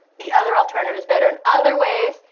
the other alternative is better in other ways,